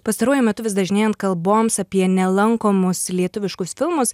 pastaruoju metu vis dažnėjant kalboms apie nelankomus lietuviškus filmus